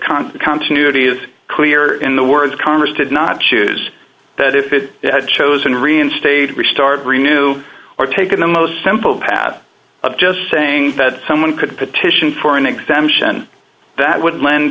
f continuity is clear in the words congress did not choose that if it had chosen to reinstate restart renew or take in the most simple pat of just saying that someone could petition for an exemption that would lend